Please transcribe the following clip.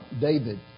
David